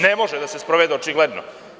Ne može da se sprovede, očigledno.